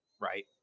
right